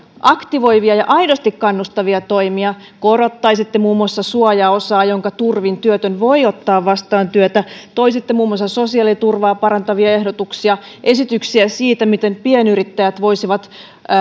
aktivoivia ja aidosti kannustavia toimia korottaisitte muun muassa suojaosaa jonka turvin työtön voi ottaa vastaan työtä toisitte muun muassa sosiaaliturvaa parantavia ehdotuksia esityksiä siitä miten pienyrittäjät voisivat